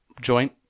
joint